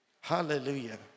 Hallelujah